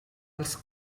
els